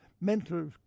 mental